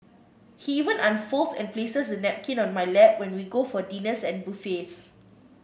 he even unfolds and places the napkin on my lap when we go for dinners and buffets